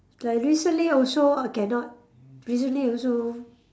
like recently also uh cannot recently also